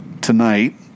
tonight